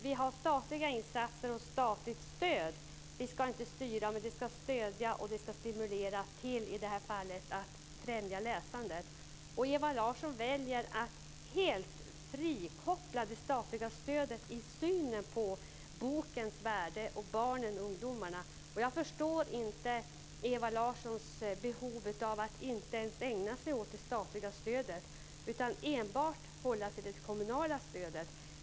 Vi har statliga insatser och statligt stöd. Vi ska inte styra, men vi ska i detta fall stödja och stimulera främjandet av läsandet. Ewa Larsson väljer att helt frikoppla det statliga stödet i fråga om synen på bokens värde för barn och ungdomar. Jag förstår inte att Ewa Larsson inte ägnar sig åt det statliga stödet utan enbart håller sig till det kommunala stödet.